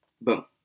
Boom